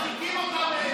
אתם מרחיקים אותה מהם.